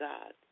God